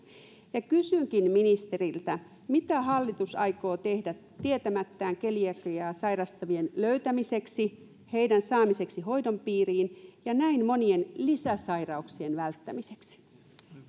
kysynkin ministeriltä mitä hallitus aikoo tehdä tietämättään keliakiaa sairastavien löytämiseksi heidän saamiseksi hoidon piiriin ja näin monien lisäsairauksien välttämiseksi